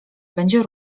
będzie